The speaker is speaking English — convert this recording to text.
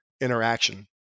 interaction